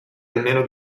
almeno